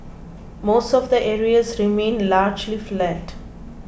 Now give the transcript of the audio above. most of the areas remained largely flat